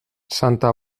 santa